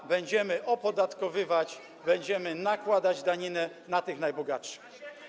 i będziemy opodatkowywać, będziemy nakładać daninę na tych najbogatszych.